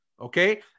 Okay